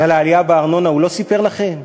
ועל העלייה בארנונה הוא לא סיפר לכם?